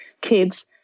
kids